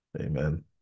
Amen